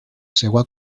seua